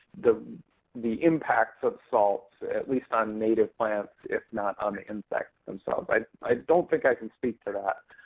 the the impact of salt, at least on native plants, if not on the insects themselves. but i don't think i can speak to that.